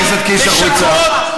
משקרות.